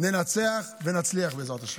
ננצח ונצליח בעזרת השם.